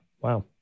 Wow